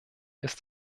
ist